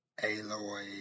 Aloy